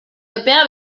epea